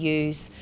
use